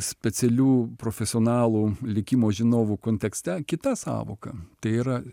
specialių profesionalų likimo žinovų kontekste kita sąvoka tai yra